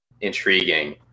intriguing